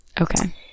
Okay